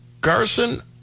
Garson